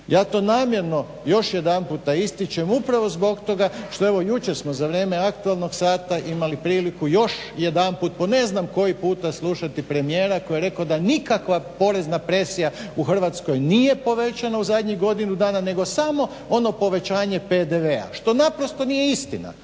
Ja to namjerno još jedanput ističem upravo zbog toga što evo jučer smo u vrijeme aktualnog sata imali priliku još jedanput po ne znam koji puta slušati premijera koji je rekao da nikakva porezna presija u Hrvatskoj nije povećana u zadnjih godinu dana nego samo ono povećanje PDV-a što naprosto nije istina.